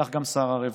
כך גם שר הרווחה.